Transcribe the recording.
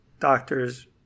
doctors